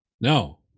No